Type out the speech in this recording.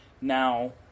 now